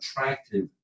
attractive